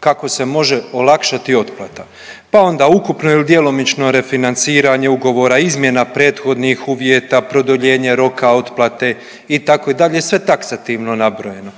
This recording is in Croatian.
kako se može olakšati otplata, pa onda ukupno ili djelomično refinanciranje ugovora, izmjena prethodnih uvjeta, produljenje roka otplate itd., sve taksativno nabrojeno,